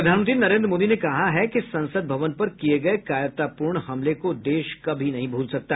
प्रधानमंत्री नरेंद्र मोदी ने कहा है कि संसद भवन पर किए गए कायरतापूर्ण हमले को देश कभी नहीं भूल सकता